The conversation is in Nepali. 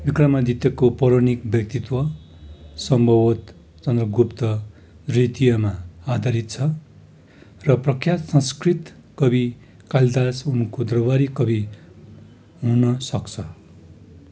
विक्रमादित्यको पौराणिक व्यक्तित्व सम्भवतः चन्द्रगुप्त द्वितीयमा आधारित छ र प्रख्यात संस्कृत कवि कालिदास उनको दरबारी कवि हुन सक्छ